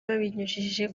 babinyujije